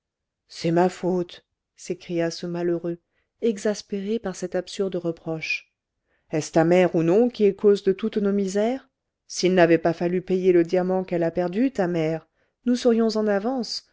c'est ma faute s'écria ce malheureux exaspéré par cet absurde reproche est-ce ta mère ou non qui est cause de toutes nos misères s'il n'avait pas fallu payer le diamant qu'elle a perdu ta mère nous serions en avance